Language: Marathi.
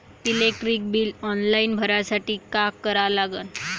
इलेक्ट्रिक बिल ऑनलाईन भरासाठी का करा लागन?